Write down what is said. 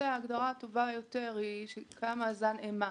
ההגדרה הטובה יותר היא שקם מאזן אימה